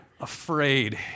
afraid